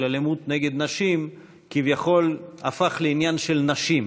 אלימות נגד נשים כביכול הפך לעניין של נשים.